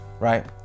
right